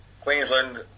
Queensland